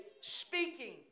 speaking